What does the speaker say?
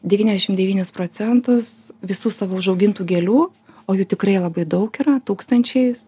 devyniasdešim devynis procentus visų savo užaugintų gėlių o jų tikrai labai daug yra tūkstančiais